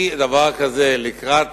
להביא את זה לדיון ולהצבעה, רק לקראת